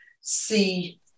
see